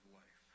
life